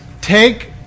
take